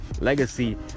legacy